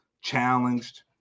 challenged